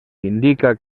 indica